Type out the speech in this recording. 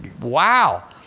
wow